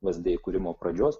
vsd įkūrimo pradžios